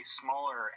smaller